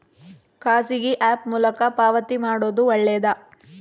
ಖಾಸಗಿ ಆ್ಯಪ್ ಮೂಲಕ ಪಾವತಿ ಮಾಡೋದು ಒಳ್ಳೆದಾ?